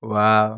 wow